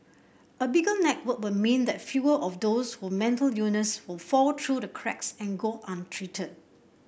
a bigger network will mean that fewer of those with mental illness would fall through the cracks and go untreated